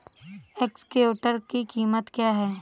Excavator की कीमत क्या है?